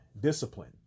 discipline